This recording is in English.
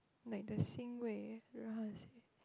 like the 欣慰 don't know how to say